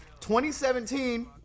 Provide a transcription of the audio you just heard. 2017